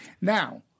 Now